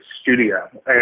studio